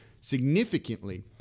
significantly